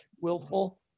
Willful